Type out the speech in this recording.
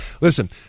Listen